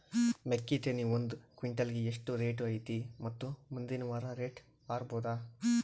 ಮೆಕ್ಕಿ ತೆನಿ ಒಂದು ಕ್ವಿಂಟಾಲ್ ಗೆ ಎಷ್ಟು ರೇಟು ಐತಿ ಮತ್ತು ಮುಂದಿನ ವಾರ ರೇಟ್ ಹಾರಬಹುದ?